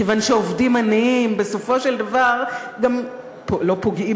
כיוון שעובדים עניים בסופו של דבר גם לא פוגעים